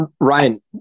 Ryan